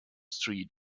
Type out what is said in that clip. street